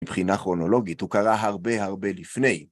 מבחינה כרונולוגית הוא קרה הרבה הרבה לפני.